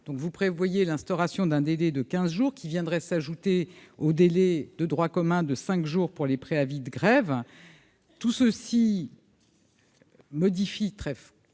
vous prévoyez l'instauration d'un délai de 15 jours qui viendrait s'ajouter au délai de droit commun de 5 jours pour les préavis de grève tous ceux-ci modifient très fondamentalement